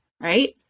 Right